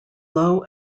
low